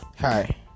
Hi